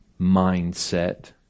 mindset